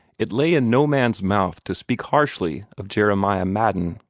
it lay in no man's mouth to speak harshly of jeremiah madden.